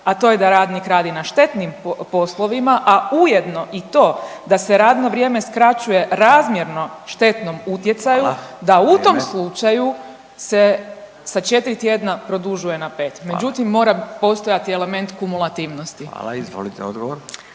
a to je da radnik radi na štetnim poslovima, a ujedno i to da se radno vrijeme skraćuje razmjerno štetnom utjecaju …/Upadica Radin: Hvala, vrijeme/… da u tom slučaju se sa 4 tjedna se produžuje 5, međutim mora postojati element kumulativnosti. **Radin, Furio